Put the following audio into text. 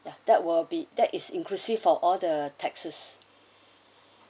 ya that will be that is inclusive of all the taxes